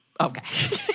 Okay